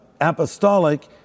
apostolic